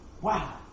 Wow